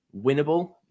winnable